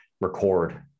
record